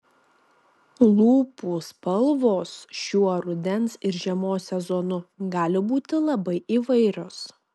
lūpų spalvos šiuo rudens ir žiemos sezonu gali būti labai įvairios